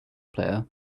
player